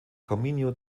caminho